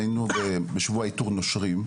היינו בשבוע איתור נושרים,